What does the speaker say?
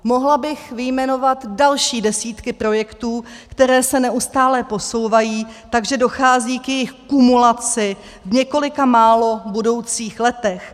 Mohla bych vyjmenovat další desítky projektů, které se neustále posouvají, takže dochází k jejich kumulaci v několika málo budoucích letech.